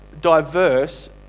diverse